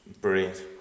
Brilliant